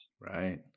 Right